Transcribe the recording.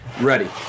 Ready